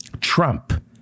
Trump